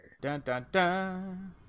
Dun-dun-dun